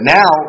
now